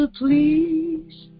please